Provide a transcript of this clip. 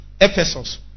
Ephesus